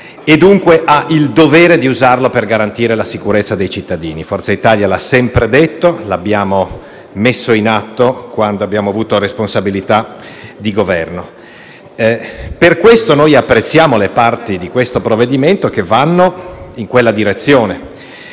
dunque ha il dovere di usarlo per garantire la sicurezza dei cittadini. Forza Italia lo ha sempre detto e lo abbiamo messo in atto quando abbiamo avuto responsabilità di Governo. Per questo apprezziamo le parti del provvedimento in esame che vanno in quella direzione: